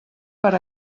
per